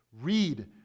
read